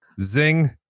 Zing